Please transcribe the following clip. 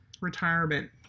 retirement